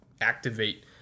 activate